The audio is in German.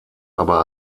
aber